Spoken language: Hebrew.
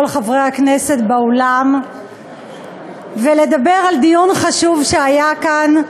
חברי הכנסת באולם ולדבר על דיון חשוב שהיה כאן,